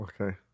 Okay